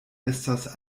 estas